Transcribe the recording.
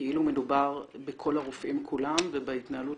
כאילו מדובר בכל הרופאים כולם ובהתנהלות